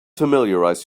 familiarize